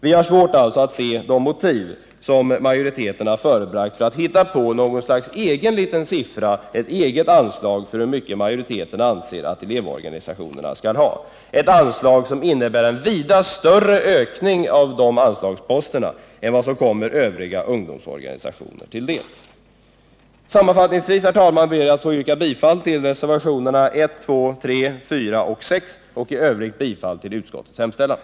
Vi har alltså svårt att förstå de motiv som majoriteten har förebragt för att hitta på något slags egen liten siffra när det gäller hur stort anslag majoriteten anser att elevorganisationerna skall ha — ett anslag som innebär en vida större ökning av de anslagsposterna än vad som kommer övriga ungdomsorganisationer till del. Sammanfattningsvis, herr talman, ber jag att få yrka bifall till reservationerna 1, 2, 3, 4 och 6 och i övrigt bifall till utskottets hemställan.